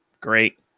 great